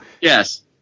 Yes